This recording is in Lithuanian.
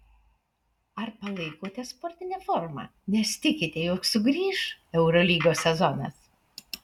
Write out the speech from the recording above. ar palaikote sportinę formą nes tikite jog sugrįš eurolygos sezonas